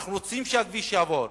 אנחנו רוצים שהכביש יעבור.